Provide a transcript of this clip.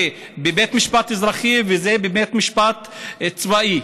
זה בבית משפט אזרחי וזה בבית משפט צבאי.